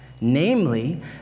namely